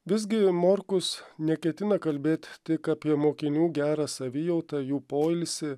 visgi morkus neketina kalbėt tik apie mokinių gerą savijautą jų poilsį